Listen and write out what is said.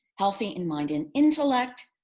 healthy in mind and intellect,